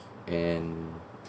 and